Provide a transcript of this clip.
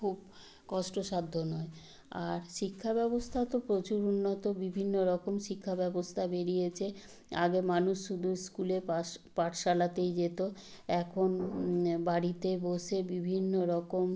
খুব কষ্টসাধ্য নয় আর শিক্ষা ব্যবস্থা তো প্রচুর উন্নত বিভিন্ন রকম শিক্ষা ব্যবস্থা বেড়িয়েছে আগে মানুষ শুধু স্কুলে পাস পাঠশালাতেই যেতো এখন বাড়িতে বসে বিভিন্ন রকম